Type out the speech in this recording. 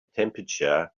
temperature